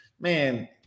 man